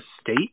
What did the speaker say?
state